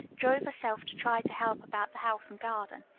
drove herself to try to help about the house and garden.